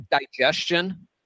digestion